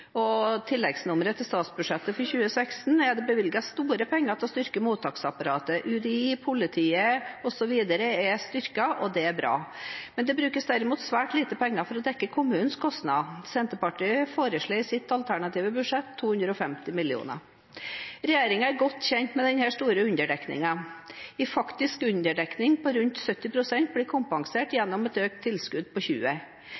og i tilleggsnummeret til statsbudsjettet for 2016 er det bevilget store penger til å styrke mottaksapparatet – UDI, politiet osv. – og det er bra. Men det brukes derimot svært lite penger til å dekke kommunenes kostnad. Senterpartiet foreslår i sitt alternative budsjett 250 mill. kr. Regjeringen er godt kjent med denne store underdekningen. En faktisk underdekning på rundt 70 pst. blir kompensert gjennom et økt tilskudd på 20